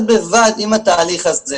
בד בבד עם התהליך הזה,